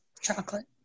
Chocolate